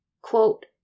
quote